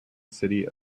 city